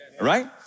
Right